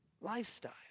lifestyle